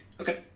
Okay